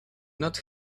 not